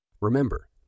Remember